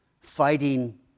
fighting